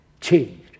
changed